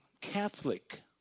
Catholic